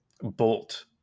Bolt